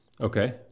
Okay